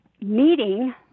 meeting